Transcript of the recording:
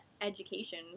education